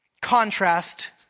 contrast